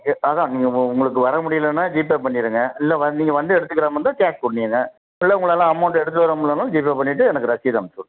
எ அதான் நீங்கள் உங்களுக்கு வர முடியலன்னா ஜிபே பண்ணிருங்க இல்லை வந் நீங்கள் வந்து எடுத்துக்கிற மாதிரி இருந்தால் கேஷ் பண்ணிருங்க இல்லை உங்களால் அமௌண்ட் எடுத்துகிட்டு வர முடியலன்னாலும் ஜிபே பண்ணிட்டு எனக்கு ரசீது அமைச்சுட்ருங்க